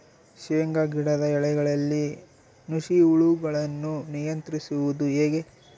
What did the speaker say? ಶೇಂಗಾ ಗಿಡದ ಎಲೆಗಳಲ್ಲಿ ನುಷಿ ಹುಳುಗಳನ್ನು ನಿಯಂತ್ರಿಸುವುದು ಹೇಗೆ?